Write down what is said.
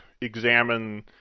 examine